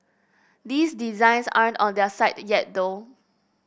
these designs aren't on their site yet though